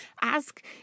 Ask